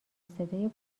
صدای